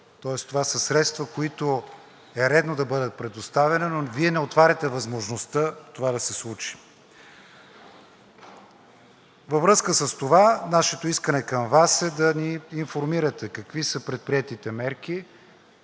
Тоест това са средства, които е редно да бъдат предоставени, но Вие не отваряте възможността това да се случи. Във връзка с това нашето искане към Вас е да ни информирате какви са предприетите мерки